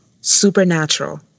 Supernatural